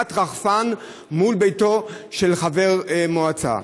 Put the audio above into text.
העלאת רחפן מול ביתו של חבר מועצה.